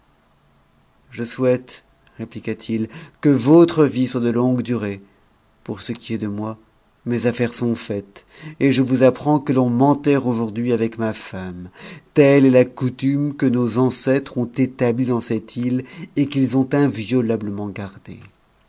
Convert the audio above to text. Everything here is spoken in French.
je souhaite répliqua-t-il que votre vie soit de onsue durée pour ce qui est de moi mes affaires sont faites et je vous apprends que l'on m'enterre aujourd'hui avec ma femme telle est la coutume que nos ancêtres ont établie dans cette tie et qu'ils ont inviolablement gardée